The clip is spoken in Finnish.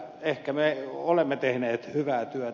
ehkä me olemme tehneet hyvää työtä